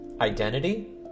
identity